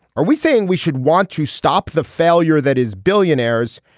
are we saying we should want to stop the failure that is billionaires.